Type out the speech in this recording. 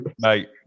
mate